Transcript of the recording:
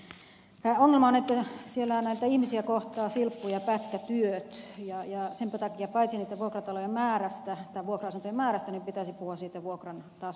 ongelma on että siellä näitä ihmisiä kohtaavat silppu ja pätkätyöt ja senpä takia paitsi vuokra asuntojen määrästä pitäisi puhua myös siitä vuokran tasosta